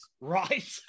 right